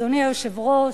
אדוני היושב-ראש,